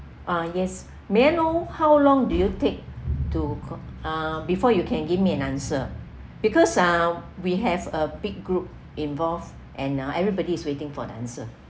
uh yes may I how long do you take to call uh before you can give me an answer because ah we have a big group involved and everybody is waiting for the answer